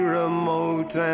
remote